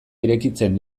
irekitzen